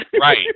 Right